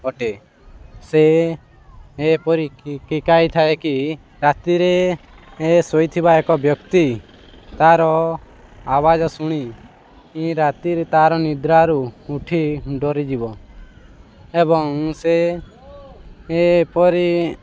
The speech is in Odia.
ଅଟେ ସେ ଏପରି କିକାଇ ଥାଏ କି ରାତିରେ ଶୋଇଥିବା ଏକ ବ୍ୟକ୍ତି ତା'ର ଆବାଜ୍ ଶୁଣି ରାତିରେ ତା'ର ନିଦ୍ରାରୁ ଉଠି ଡ଼ରିଯିବ ଏବଂ ସେ ଏପରି